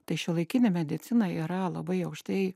tai šiuolaikinė medicina yra labai aukštai